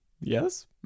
Yes